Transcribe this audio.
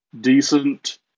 decent